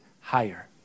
Higher